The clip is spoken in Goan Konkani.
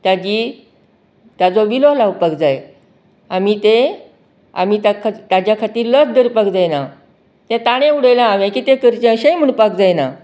ताजी ताजो विलो लावपाक जाय आमी तें आमी ताज्या खातीर लज धरपाक जायना तें ताणें उडयलां हांवेन कितें करचें अशेंय म्हणपाक जायना